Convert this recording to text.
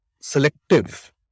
selective